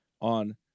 on